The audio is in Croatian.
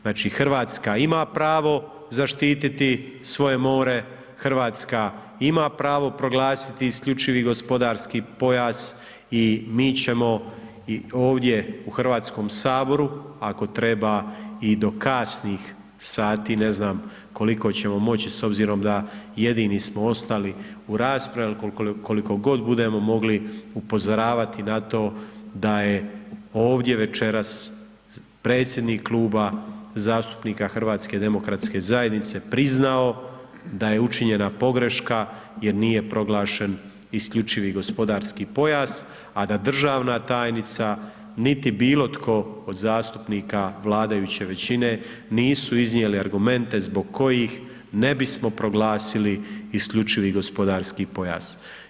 Znači, RH ima pravo zaštititi svoje more, RH ima pravo proglasiti isključivi gospodarski pojas i mi ćemo i ovdje u HS ako treba i do kasnih sati, ne znam koliko ćemo moći s obzirom da jedini smo ostali u raspravi, ali koliko god budemo mogli upozoravati na to da je ovdje večeras predsjednik Kluba zastupnika HDZ-a priznao da je učinjena pogreška jer nije proglašen isključivi gospodarski pojas, a da državna tajnica niti bilo tko od zastupnika vladajuće većine nisu iznijeli argumente zbog kojih ne bismo proglasili isključivi gospodarski pojas.